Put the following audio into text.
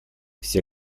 все